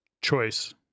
choice